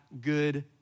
good